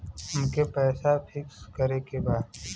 अमके पैसा फिक्स करे के बा?